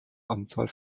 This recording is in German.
anzahl